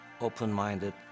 open-minded